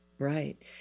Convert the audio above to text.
Right